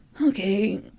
okay